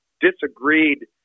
disagreed